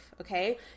okay